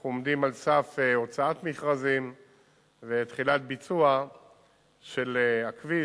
אנחנו עומדים על סף הוצאת מכרזים ותחילת ביצוע של הכביש.